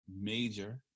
major